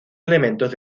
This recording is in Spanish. elementos